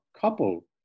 couple